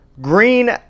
Green